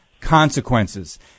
consequences